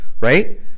right